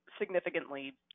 significantly